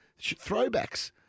Throwbacks